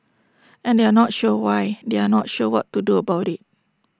and they are not sure why they are not sure what to do about IT